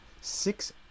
six –